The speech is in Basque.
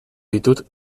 ditut